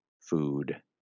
food